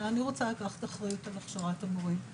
אבל אני רוצה לקחת אחריות על הכשרת המורים.